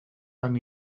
tan